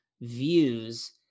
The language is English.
views